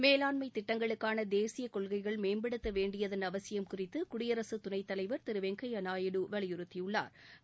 மேலாண்மை திட்டங்களுக்கான தேசிய கொள்கைகள் மேப்படுத்த வேண்டியதன் அவசியம் குறித்து குடியரசு துணைத் தலைவா் திரு வெங்கையா நாயுடு வலியுறுத்தியுள்ளாா்